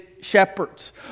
shepherds